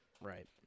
Right